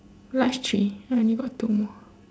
last three I only got two more